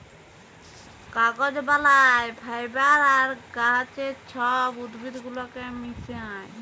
কাগজ বালায় ফাইবার আর গাহাচের ছব উদ্ভিদ গুলাকে মিশাঁয়